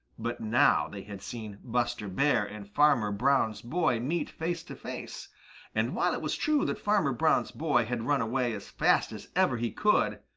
but now they had seen buster bear and farmer brown's boy meet face to face and while it was true that farmer brown's boy had run away as fast as ever he could,